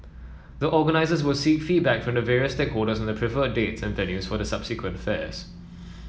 the organisers will seek feedback from various stakeholders on the preferred dates and venues for the subsequent fairs